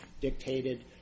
dictated